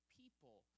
people